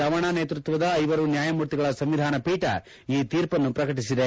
ರಮಣ ನೇತೃಕ್ಷದ ಐವರು ನ್ಯಾಯಮೂರ್ತಿಗಳ ಸಂವಿಧಾನಪೀಠ ಈ ತೀರ್ಪನ್ನು ಪ್ರಕಟಿಸಿದೆ